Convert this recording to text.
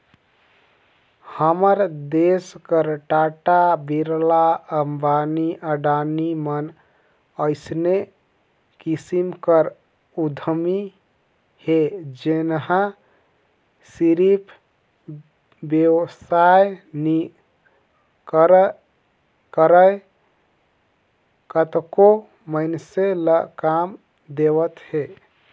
हमर देस कर टाटा, बिरला, अंबानी, अडानी मन अइसने किसिम कर उद्यमी हे जेनहा सिरिफ बेवसाय नी करय कतको मइनसे ल काम देवत हे